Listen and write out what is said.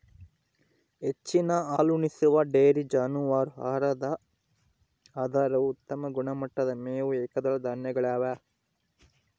ಹೆಚ್ಚಿನ ಹಾಲುಣಿಸುವ ಡೈರಿ ಜಾನುವಾರು ಆಹಾರದ ಆಧಾರವು ಉತ್ತಮ ಗುಣಮಟ್ಟದ ಮೇವು ಏಕದಳ ಧಾನ್ಯಗಳಗ್ಯವ